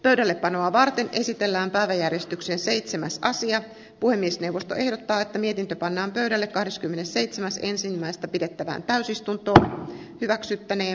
pöydällepanoa varten esitellään pääjäristyksen seitsemäs sija puhemiesneuvosto ehdottaa että mietintö pannaan pöydälle kahdeskymmenesseitsemäs ensimmäistä pidettävään täysistunto hyväksyttäneen